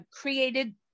created